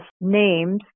names